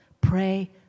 pray